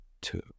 two